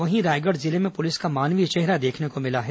वहीं रायगढ़ जिले में पुलिस का मानवीय चेहरा देखने को मिला है